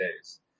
days